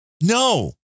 No